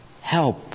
help